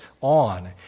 on